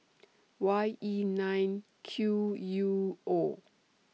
Y E nine Q U O